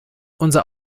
unser